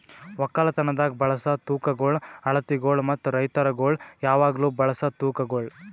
ಒಕ್ಕಲತನದಾಗ್ ಬಳಸ ತೂಕಗೊಳ್, ಅಳತಿಗೊಳ್ ಮತ್ತ ರೈತುರಗೊಳ್ ಯಾವಾಗ್ಲೂ ಬಳಸ ತೂಕಗೊಳ್